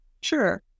Sure